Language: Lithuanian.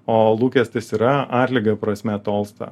o lūkestis yra atlygio prasme tolsta